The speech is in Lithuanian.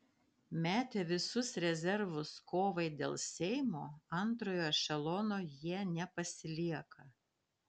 metę visus rezervus kovai dėl seimo antrojo ešelono jie nepasilieka